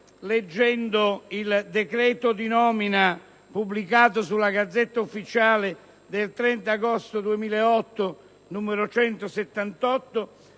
leggendo il decreto di nomina pubblicato sulla *Gazzetta Ufficiale* del 30 agosto 2008, n. 178,